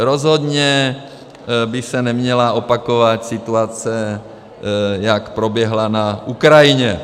Rozhodně by se neměla opakovat situace, která proběhla na Ukrajině.